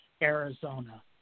Arizona